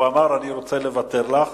אמר: אני רוצה לוותר לך.